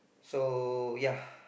so ya